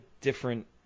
different